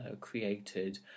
created